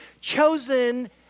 chosen